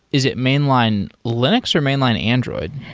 is it mainline linux or mainline android?